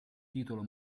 titolo